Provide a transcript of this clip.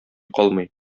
калмый